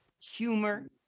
humor